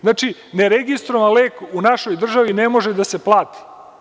Znači, neregistrovan lek u našoj državi ne može da se plati.